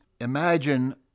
Imagine